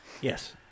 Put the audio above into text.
yes